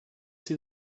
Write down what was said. see